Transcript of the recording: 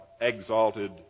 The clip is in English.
exalted